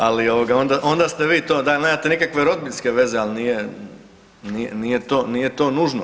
Ali onda ste vi to da nemate nikakve rodbinske veze, ali nije to nužno.